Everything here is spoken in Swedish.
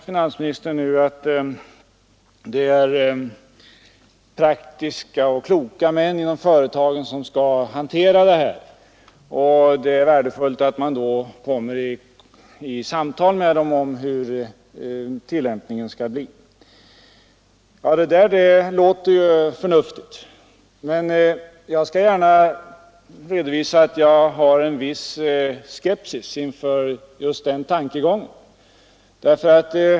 Finansministern sade att det är praktiska och kloka män inom företagen som skall hantera det här, och det är värdefullt att man då kommer i samtal med dem om hur tillämpningen skall ske. Det där låter ju förnuftigt, men jag skall gärna redovisa att jag hyser en viss skepsis inför just den tankegången.